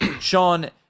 Sean